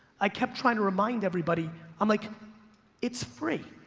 i kept trying to remind everybody, i'm like it's free.